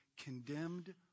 condemned